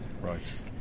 Right